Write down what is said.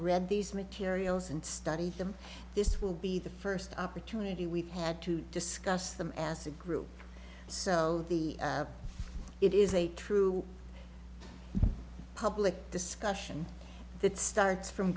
read these materials and study them this will be the first opportunity we've had to discuss them as a group so the it is a true public discussion that starts from